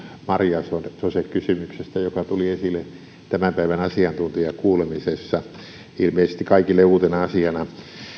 marjasosekysymyksestä joka tuli esille tämän päivän asiantuntijakuulemisessa ilmeisesti kaikille uutena asiana